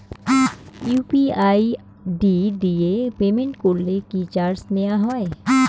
UPI ID দিয়ে payment করলে কি চার্জ নেয়া হয়?